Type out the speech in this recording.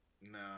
No